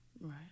Right